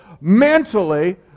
mentally